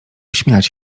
śmiać